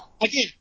again